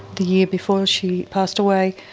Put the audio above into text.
the year before she passed away,